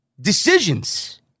decisions